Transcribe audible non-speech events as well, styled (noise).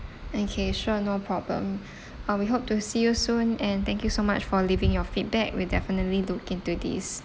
okay sure no problem (breath) uh we hope to see you soon and thank you so much for leaving your feedback we'll definitely look into this